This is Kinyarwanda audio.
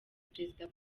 perezida